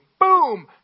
boom